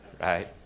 Right